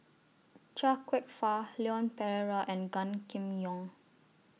Chia Kwek Fah Leon Perera and Gan Kim Yong